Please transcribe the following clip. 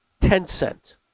Tencent